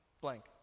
blank